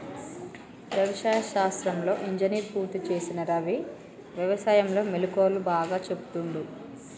వ్యవసాయ శాస్త్రంలో ఇంజనీర్ పూర్తి చేసిన రవి వ్యసాయం లో మెళుకువలు బాగా చెపుతుండు